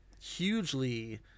hugely